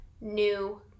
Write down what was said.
new